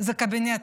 זה הקבינט,